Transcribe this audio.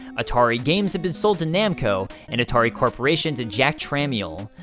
atari games, had been sold to namco and atari corp to jack tramiel.